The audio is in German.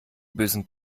bösen